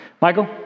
michael